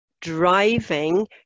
driving